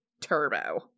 Turbo